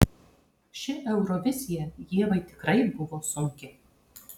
ši eurovizija ievai tikrai buvo sunki